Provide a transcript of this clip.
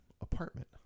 apartment